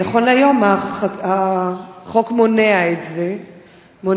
נכון להיום מנהל בתי-הדין הרבניים חייב בהכשרה של דיין.